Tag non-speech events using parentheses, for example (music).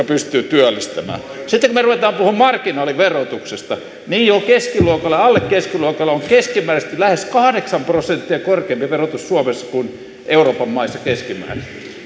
(unintelligible) pystyvät työllistämään sitten kun me rupeamme puhumaan marginaaliverotuksesta niin jo keskiluokalle alemmalle kuin keskiluokalle on lähes kahdeksan prosenttia korkeampi verotus suomessa kuin euroopan maissa keskimäärin